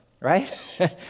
right